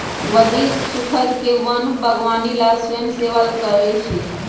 वही स्खुद के वन बागवानी ला स्वयंसेवा कई लय